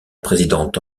présidente